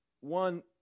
one